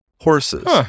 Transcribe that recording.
horses